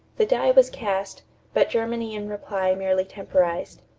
the die was cast but germany in reply merely temporized.